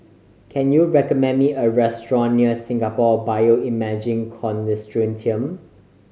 can you recommend me a restaurant near Singapore Bioimaging Consortium